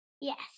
Yes